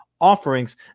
Offerings